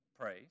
praise